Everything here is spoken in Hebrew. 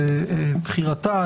זה בחירתה,